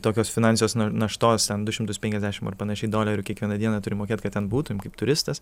tokios finansijos naštos ten du šimtus penkiasdešim ar panašiai dolerių kiekvieną dieną turi mokėt kad ten būtum kaip turistas